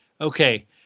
okay